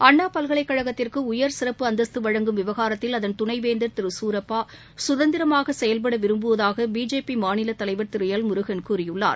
அண்ணாபல்கலைக்கழகத்திற்குடயர் சிறப்பு அந்தஸ்து வழங்கும் விவகாரத்தில் அதன் துணைவேந்தர் திருகுரப்பாசுதந்திரமாகசெயல்படவிரும்புவதாகபிஜேபிமாநிலத் தலைவர் திருமுருகன் கூறியுள்ளார்